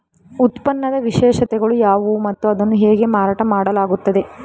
ಉತ್ಪನ್ನದ ವಿಶೇಷತೆಗಳು ಯಾವುವು ಮತ್ತು ಅದನ್ನು ಹೇಗೆ ಮಾರಾಟ ಮಾಡಲಾಗುತ್ತದೆ?